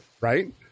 right